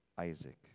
Isaac